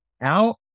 out